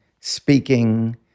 speaking